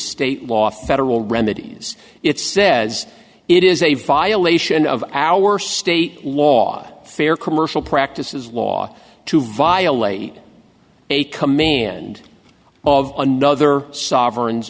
state law federal remedies it says it is a violation of our state law fair commercial practices law to violate a command of another sovereign